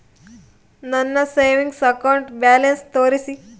ನನ್ನ savings account balance ತೋರಿಸಿ?